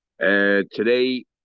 Today